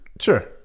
sure